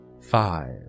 five